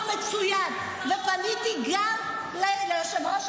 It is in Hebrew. עוד מילה אחת.